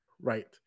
right